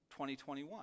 2021